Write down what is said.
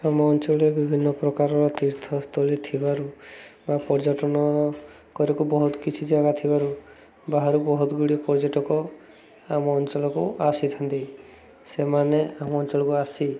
ଆମ ଅଞ୍ଚଳରେ ବିଭିନ୍ନ ପ୍ରକାରର ତୀର୍ଥସ୍ଥଳୀ ଥିବାରୁ ବା ପର୍ଯ୍ୟଟନ କରିବାକୁ ବହୁତ କିଛି ଜାଗା ଥିବାରୁ ବାହାରୁ ବହୁତଗୁଡ଼ିଏ ପର୍ଯ୍ୟଟକ ଆମ ଅଞ୍ଚଳକୁ ଆସିଥାନ୍ତି ସେମାନେ ଆମ ଅଞ୍ଚଳକୁ ଆସି